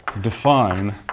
define